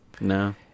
No